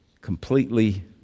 completely